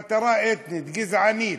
מטרה אתנית, גזענית.